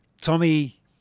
Tommy